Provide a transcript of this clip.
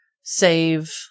save